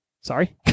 Sorry